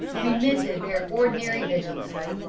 remitted their ordinary vigilance.